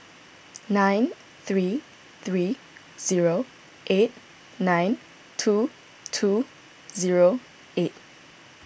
nine three three zero eight nine two two zero eight